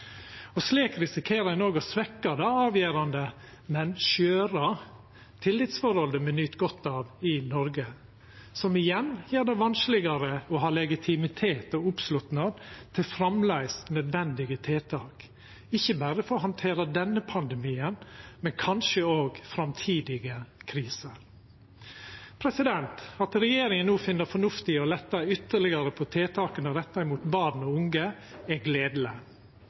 Slik risikerer ein òg å svekkja det avgjerande, men skjøre tillitsforholdet me nyt godt av i Noreg. Det igjen gjer det vanskelegare å ha legitimitet og oppslutnad til framleis nødvendige tiltak, ikkje berre for å handtera denne pandemien, men kanskje òg framtidige kriser. At regjeringa no finn det fornuftig å letta ytterlegare på tiltaka retta mot barn og unge, er gledeleg.